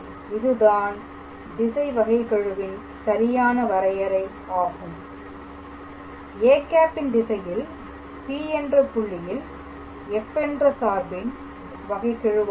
இதுதான் திசை வகைக்கெழு ன் சரியான வரையறை ஆகும் â ன் திசையில் P என்ற புள்ளியில் f என்ற சார்பின் வகைக்கெழுவாகும்